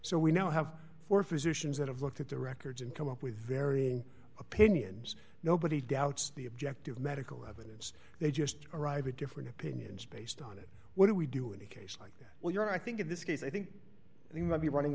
so we now have four physicians that have looked at the records and come up with varying opinions nobody doubts the objective medical evidence they just arrive at different opinions based on it what do we do in a case like well you know i think in this case i think you might be running